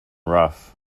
rough